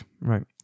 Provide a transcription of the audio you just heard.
right